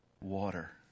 water